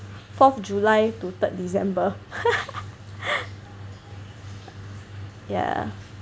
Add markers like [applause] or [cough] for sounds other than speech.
fourth July to third December [laughs]